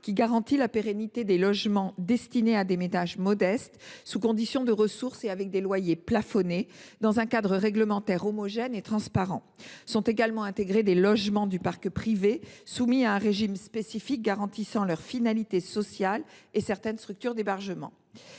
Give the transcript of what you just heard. qui garantit la pérennité des logements destinés à des ménages modestes, sous condition de ressources et avec des loyers plafonnés, dans un cadre réglementaire homogène et transparent. Sont également intégrés des logements du parc privé soumis à un régime spécifique garantissant leur finalité sociale, ainsi que certaines structures d’hébergement.